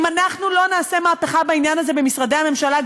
אם אנחנו לא נעשה מהפכה בעניין הזה במשרדי הממשלה,